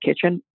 kitchen